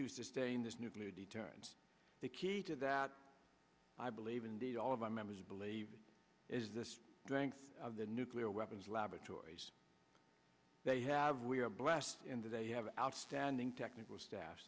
to sustain this nuclear deterrence the key to that i believe indeed all of my members believe is this ranks of the nuclear weapons laboratories they have we are blessed in that they have outstanding technical staff